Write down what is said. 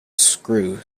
screw